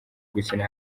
gukina